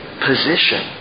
position